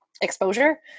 exposure